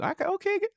okay